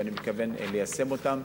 ואני מתכוון ליישם אותן,